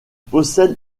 possède